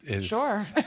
Sure